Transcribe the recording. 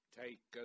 take